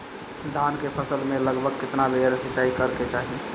धान के फसल मे लगभग केतना बेर सिचाई करे के चाही?